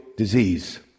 disease